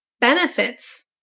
benefits